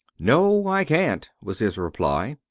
no, i can't, was his reply.